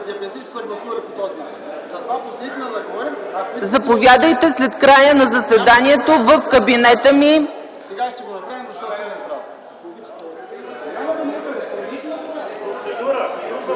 Заповядайте след края на заседанието в кабинета ми.